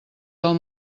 del